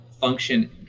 function